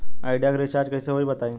Idea के recharge कइसे होई बताईं?